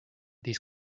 these